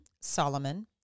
Solomon